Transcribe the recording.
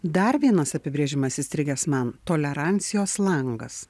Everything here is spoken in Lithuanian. dar vienas apibrėžimas įstrigęs man tolerancijos langas